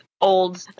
old